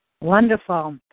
Wonderful